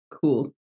Cool